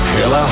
Hell